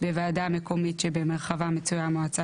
בוועדה מקומית שבמרחבה מצויה מועצה